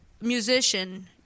musician